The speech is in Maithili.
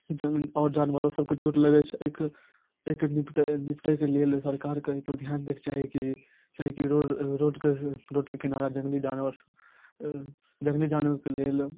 जन आओर जानवरो सबके चोट लगै छै अइके अइके निपटै निपटैके लेल सरकारके अइपर ध्यान दैके चाही की चाही की रोड रोडके रोडके किनारा जङ्गली जानवर जङ्गली जानवरके लेल